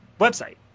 website